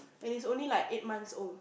and it's only like eight months old